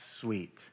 sweet